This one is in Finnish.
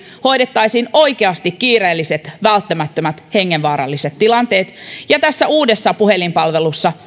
hoidettaisiin oikeasti kiireelliset välttämättömät ja hengenvaaralliset tilanteet ja tässä uudessa puhelinpalvelussa